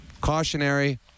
cautionary